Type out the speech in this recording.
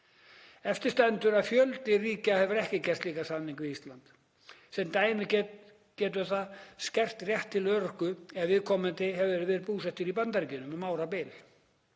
Eftir stendur að fjöldi ríkja hefur ekki gert slíka samninga við Ísland. Sem dæmi getur það skert rétt til örorku ef viðkomandi hefur verið búsettur í Bandaríkjunum um árabil,